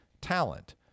talent